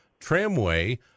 Tramway